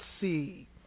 see